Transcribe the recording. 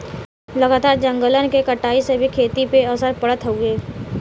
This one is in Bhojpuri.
लगातार जंगलन के कटाई से भी खेती पे असर पड़त हउवे